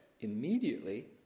immediately